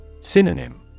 Synonym